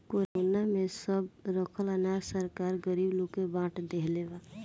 corona में सब रखल अनाज सरकार गरीब लोग के बाट देहले बा